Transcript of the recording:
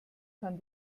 kann